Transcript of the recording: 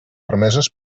permeses